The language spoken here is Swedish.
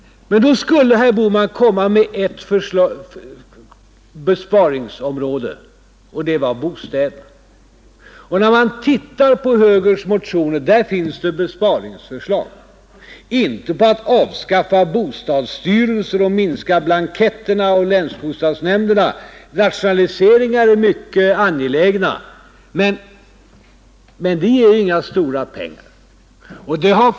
Då skulle herr Bohman komma med ett besparingsområde, och det var bostäderna. Om man tittar på moderaternas motioner ser man att där finns besparingsförslag, men inte på att avskaffa bostadsstyrelser och minska blanketterna och länsbostadsnämnderna. Rationaliseringar är mycket angelägna men de ger inga stora pengar.